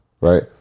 right